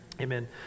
Amen